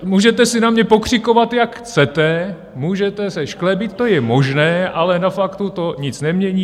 Můžete si na mě pokřikovat, jak chcete, můžete se šklebit, to je možné, ale na faktu to nic nemění.